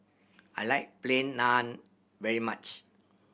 I like Plain Naan very much